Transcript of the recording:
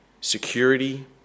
security